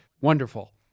wonderful